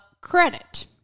credit